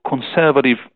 conservative